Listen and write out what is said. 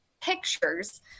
pictures